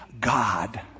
God